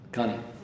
Connie